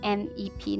nep